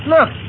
Look